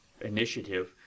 Initiative